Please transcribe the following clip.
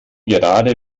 gerade